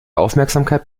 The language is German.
aufmerksamkeit